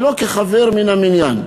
ולא כחבר מן המניין.